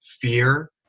fear